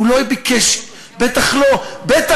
הוא לא ביקש, בטח לא מהערבים.